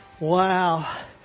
Wow